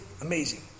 amazing